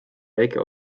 väike